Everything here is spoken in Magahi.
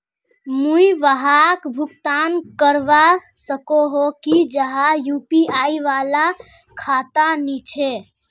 मुई वहाक भुगतान करवा सकोहो ही जहार यु.पी.आई वाला खाता नी छे?